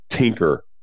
tinker